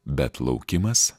bet laukimas